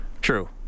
True